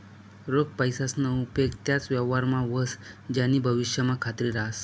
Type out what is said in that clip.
रोख पैसासना उपेग त्याच व्यवहारमा व्हस ज्यानी भविष्यमा खात्री रहास